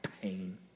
pain